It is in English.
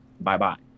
bye-bye